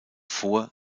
vor